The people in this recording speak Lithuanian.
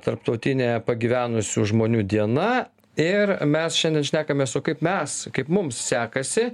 tarptautinė pagyvenusių žmonių diena ir mes šiandien šnekamės o kaip mes kaip mums sekasi